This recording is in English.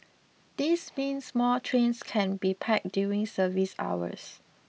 this means more trains can be packed during service hours